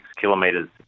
kilometres